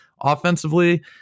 offensively